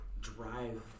drive